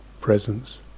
presence